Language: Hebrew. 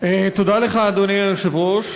אדוני היושב-ראש,